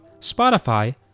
Spotify